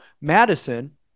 Madison